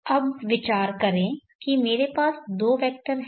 अब विचार करें कि मेरे पास दो वेक्टर हैं